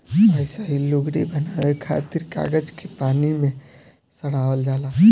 अइसही लुगरी बनावे खातिर कागज के पानी में सड़ावल जाला